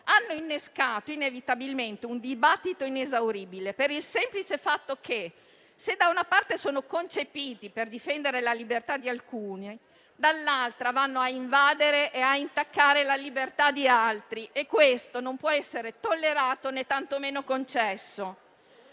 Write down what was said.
hanno innescato inevitabilmente un dibattito inesauribile per il semplice fatto che, se da una parte sono concepiti per difendere la libertà di alcuni, dall'altra vanno a invadere e a intaccare la libertà di altri e questo non può essere tollerato né tantomeno concesso.